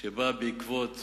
שבאה בעקבות